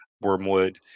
wormwood